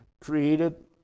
created